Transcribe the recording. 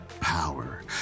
power